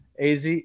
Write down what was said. AZ